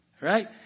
Right